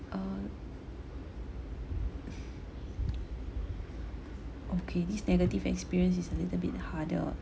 uh okay this negative experience is a little bit harder